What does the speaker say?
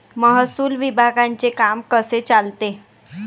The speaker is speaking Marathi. महसूल विभागाचे काम कसे चालते?